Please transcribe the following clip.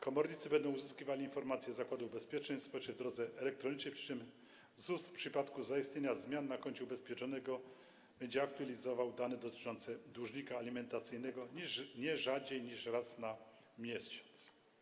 Komornicy będą uzyskiwali informacje z Zakładu Ubezpieczeń Społecznych drogą elektroniczną, przy czym ZUS w przypadku zaistnienia zmian na koncie ubezpieczonego będzie aktualizował dane dotyczące dłużnika alimentacyjnego nie rzadziej niż raz na miesiąc.